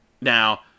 Now